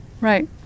Right